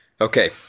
Okay